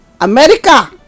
America